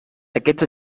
aquests